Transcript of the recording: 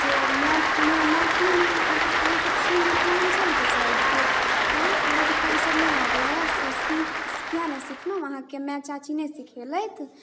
जे माइ मैथिलीमे मतलब अहाँ सब छी मिथिलाञ्चलके साइडके अँइ अहाँ सबके ई सब नहि अबैए से किएक नहि सिखलहुँ अहाँके माइ चाची नहि सिखेलथि